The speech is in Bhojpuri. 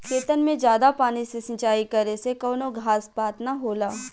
खेतन मे जादा पानी से सिंचाई करे से कवनो घास पात ना होला